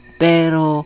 pero